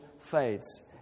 fades